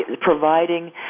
providing